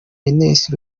ines